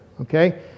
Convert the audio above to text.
Okay